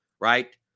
Right